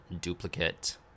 duplicate